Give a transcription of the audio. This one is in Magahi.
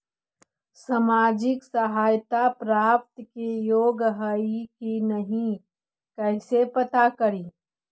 सामाजिक सहायता प्राप्त के योग्य हई कि नहीं कैसे पता करी?